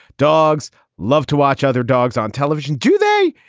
dogs love to watch other dogs on television, do they?